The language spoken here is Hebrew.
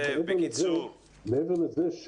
אבל מעבר לזה,